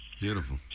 Beautiful